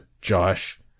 Josh